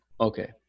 Okay